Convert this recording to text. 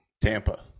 Tampa